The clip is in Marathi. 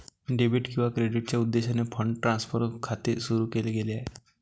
डेबिट किंवा क्रेडिटच्या उद्देशाने फंड ट्रान्सफर खाते सुरू केले गेले आहे